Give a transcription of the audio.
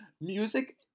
music